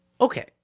Okay